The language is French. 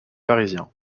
parisien